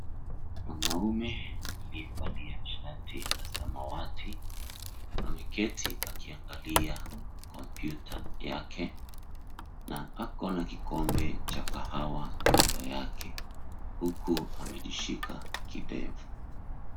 Mwanaume amevalia shati la samawati. Ameketi akiangalia kompyuta yake na ako na kikombe cha kahawa kando yake huku amejishika kidevu.